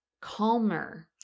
calmer